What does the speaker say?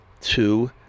two